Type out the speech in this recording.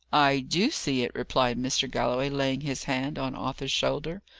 i do see it, replied mr. galloway, laying his hand on arthur's shoulder.